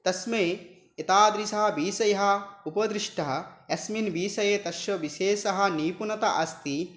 तस्मै एतादृशाः विषयाः उपदृष्टः यस्मिन् विषये तस्य विशेषः निपुनता अस्ति